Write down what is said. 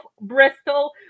bristol